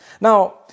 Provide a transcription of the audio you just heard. Now